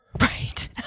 Right